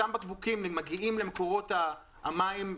אותם בקבוקים מגיעים למקורות המים,